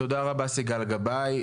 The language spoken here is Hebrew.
תודה רבה, סיגל גבאי.